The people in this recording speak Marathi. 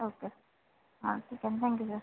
ओके हां ठीक आहे ना थँक यू सर